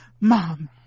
mom